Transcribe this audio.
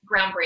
groundbreaking